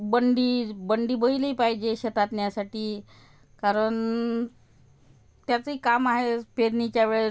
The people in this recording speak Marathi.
बंडी बंडी बैल ही पाहिजे शेतात न्यायासाठी कारण त्यांचंही काम आहेच पेरणीच्या वेळेस